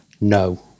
No